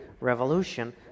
revolution